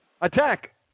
Attack